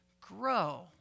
grow